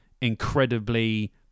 incredibly